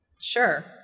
Sure